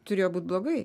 turėjo būt blogai